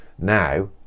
now